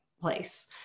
place